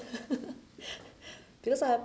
because uh